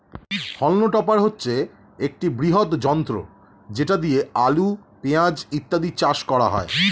হল্ম topper হচ্ছে একটি বৃহৎ যন্ত্র যেটা দিয়ে আলু, পেঁয়াজ ইত্যাদি চাষ করা হয়